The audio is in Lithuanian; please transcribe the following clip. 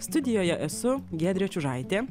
studijoje esu giedrė čiužaitė